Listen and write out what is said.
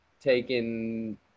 taken